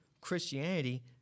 Christianity